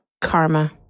Karma